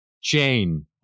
chain